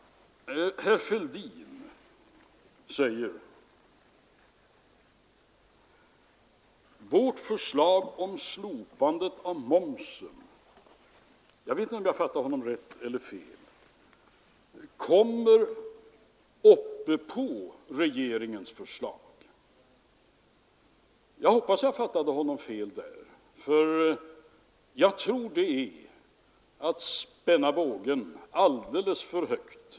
Herr Fälldin sade att centerns förslag om slopande av momsen kommer ovanpå regeringens förslag. Jag vet inte om jag fattade honom rätt eller fel, men jag hoppas att jag fattade honom fel. Jag tror nämligen att det är att spänna bågen alldeles för högt.